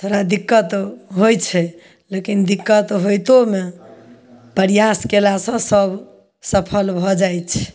थोड़ा दिक्कत तऽ होय छै लेकिन दिक्कत होइतो मे प्रयास कयलासँ सब सफल भऽ जाइ छै